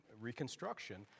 reconstruction